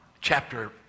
chapter